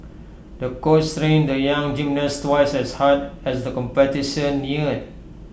the coach the young gymnast twice as hard as the competition neared